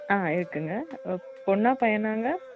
ஆ இருக்குதுங்க பொண்ணா பையனாங்க